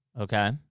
Okay